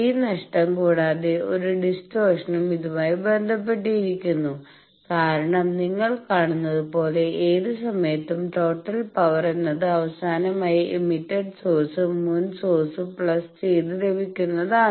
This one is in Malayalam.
ഈ നഷ്ട്ടം കൂടാതെ ഒരു ഡിസ്റ്റോർഷനും ഇതുമായി ബന്ധപ്പെട്ടിരിക്കുന്നു കാരണം നിങ്ങൾ കാണുന്നത് പോലെ ഏത് സമയത്തും ടോട്ടൽ പവർ എന്നത് അവസാനമായി എമിറ്റഡ് സോഴ്സും മുൻ സോഴ്സും പ്ലസ് ചെയ്തു ലഭിക്കുന്നതാണ്